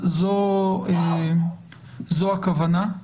זו הכוונה.